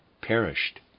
perished